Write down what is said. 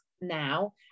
now